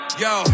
yo